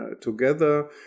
together